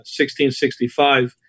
1665